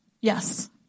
Yes